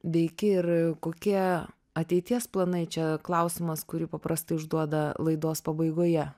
veiki ir kokie ateities planai čia klausimas kurį paprastai užduoda laidos pabaigoje